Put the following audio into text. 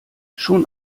schon